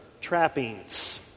trappings